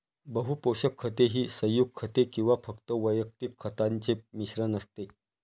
बहु पोषक खते ही संयुग खते किंवा फक्त वैयक्तिक खतांचे मिश्रण असते